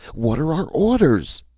what are our orders?